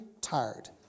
tired